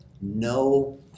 no